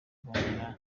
kuba